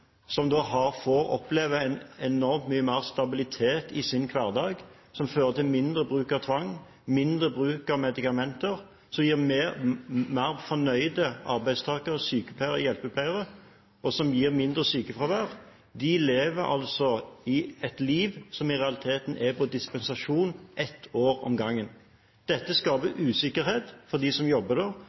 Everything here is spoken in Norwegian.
som bor i bofellesskap, som da får oppleve enormt mye mer stabilitet i sin hverdag, som fører til mindre bruk av tvang, mindre bruk av medikamenter, som gir mer fornøyde arbeidstakere, sykepleiere, hjelpepleiere, og som gir mindre sykefravær, lever et liv som i realiteten er på dispensasjon ett år om gangen. Dette skaper usikkerhet for dem som jobber der.